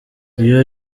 uyu